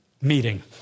meeting